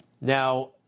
Now